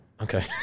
Okay